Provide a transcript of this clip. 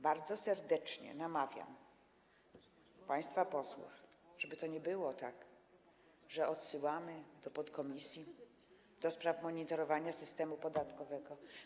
Bardzo serdecznie namawiam państwa posłów, żeby to nie było tak, że odsyłamy to do podkomisji do monitorowania systemu podatkowego.